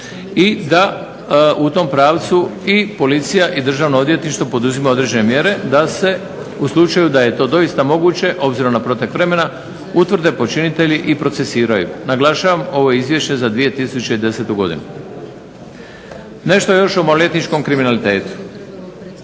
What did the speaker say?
i da u tom pravcu i policija i Državno odvjetništvo poduzima određene mjere da se u slučaju da je to doista moguće obzirom na protek vremena, utvrde počinitelji i procesuiraju. Naglašavam ovo je izvješće za 2010. godinu. Nešto još o maloljetničkom kriminalitetu.